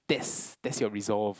that's that's your resolve